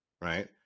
right